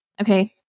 Okay